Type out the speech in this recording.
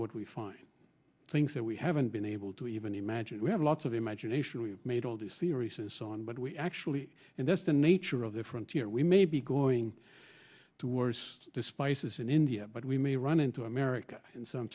what we find things that we haven't been able to even imagine we have lots of imagination we made all these theories and so on but we actually and that's the nature of the frontier we may be going to worst despises in india but we may run into america in some